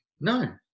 No